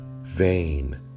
vain